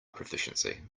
proficiency